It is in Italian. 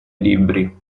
libri